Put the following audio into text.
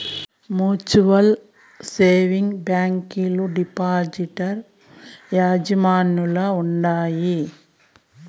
mutual savings బ్యాంకీలు depositor యాజమాన్యంల ఉండాయి